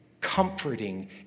comforting